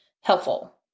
helpful